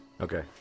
Okay